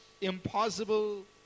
impossible